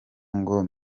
ngo